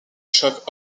shock